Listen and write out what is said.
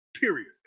period